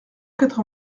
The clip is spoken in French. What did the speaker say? quatre